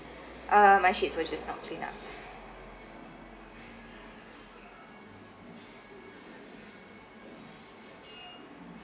uh my sheets were just not cleaned up